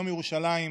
ביום ירושלים,